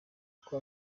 uko